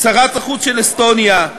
שרת החוץ של אסטוניה,